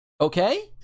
Okay